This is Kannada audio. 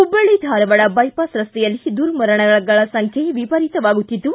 ಹುಬ್ಲಳ್ಳಿ ಧಾರವಾಡ ಬೈಪಾಸ್ ರಸ್ತೆಯಲ್ಲಿ ದುರ್ಮರಣಗಳ ಸಂಖ್ಯೆ ವಿಪರೀತವಾಗುತ್ತಿದ್ದು